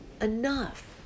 enough